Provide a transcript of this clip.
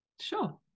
Sure